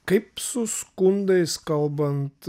kaip su skundais kalbant